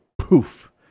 poof